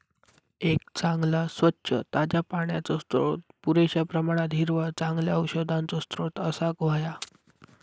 एक चांगला, स्वच्छ, ताज्या पाण्याचो स्त्रोत, पुरेश्या प्रमाणात हिरवळ, चांगल्या औषधांचो स्त्रोत असाक व्हया